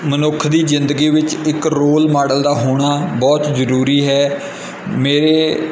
ਮਨੁੱਖ ਦੀ ਜ਼ਿੰਦਗੀ ਵਿੱਚ ਇੱਕ ਰੋਲ ਮਾਡਲ ਦਾ ਹੋਣਾ ਬਹੁਤ ਜ਼ਰੂਰੀ ਹੈ ਮੇਰੇ